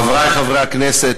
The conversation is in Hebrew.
חברי חברי הכנסת,